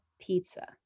pizza